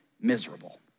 miserable